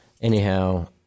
Anyhow